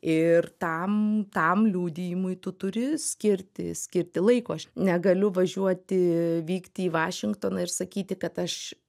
ir tam tam liudijimui tu turi skirti skirti laiko aš negaliu važiuoti vykti į vašingtoną ir sakyti kad aš